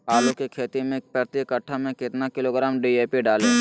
आलू की खेती मे प्रति कट्ठा में कितना किलोग्राम डी.ए.पी डाले?